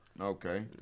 Okay